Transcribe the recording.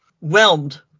whelmed